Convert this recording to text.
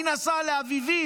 מי נסע לאביבים,